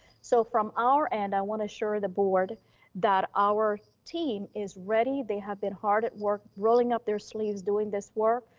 so from our end, i want to assure the board that our team is ready. they have been hard at work, rolling up their sleeves, doing this work,